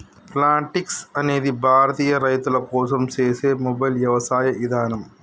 Plantix అనేది భారతీయ రైతుల కోసం సేసే మొబైల్ యవసాయ ఇదానం